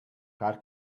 clar